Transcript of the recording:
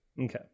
okay